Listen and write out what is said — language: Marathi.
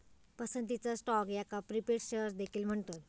पसंतीचा स्टॉक याका प्रीफर्ड शेअर्स देखील म्हणतत